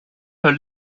her